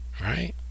Right